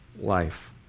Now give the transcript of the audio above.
life